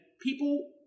people